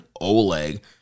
Oleg